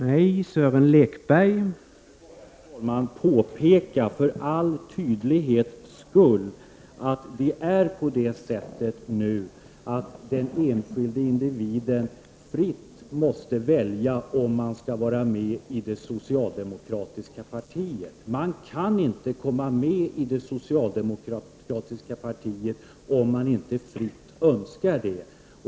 Herr talman! För all tydlighets skull vill jag påpeka att den enskilda individen fritt måste välja om han skall vara med i det socialdemokratiska partiet. Man kan inte komma med i det socialdemokratiska partiet om man inte fritt önskar det.